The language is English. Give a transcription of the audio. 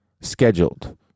scheduled